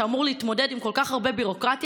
שאמור להתמודד עם כל כך הרבה ביורוקרטיה,